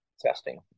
testing